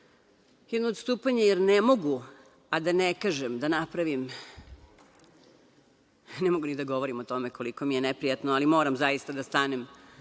jedno odstupanje jer ne mogu, a da ne kažem, da napravim… ne mogu da govorim o tome koliko mi je neprijatno, ali moram zaista da stanem